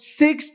six